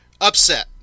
upset